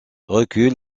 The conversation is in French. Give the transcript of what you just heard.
recul